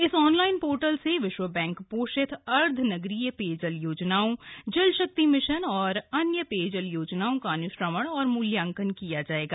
इस online portal से विश्व बैंक पोषित अर्द्वनगरीय पेयजल योजनाओं जल शक्ति मिशन अन्य पेयजल योजनाओं का अनुश्रवण और मुल्यांकन किया जायेगा